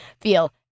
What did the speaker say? feel